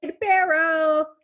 Barrow